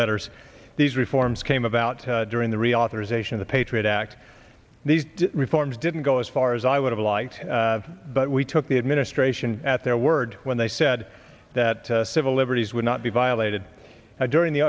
letters these reforms came about during the reauthorization of the patriot act these reforms didn't go as far as i would have liked but we took the administration at their word when they said that civil liberties would not be violated a during the